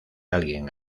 alguien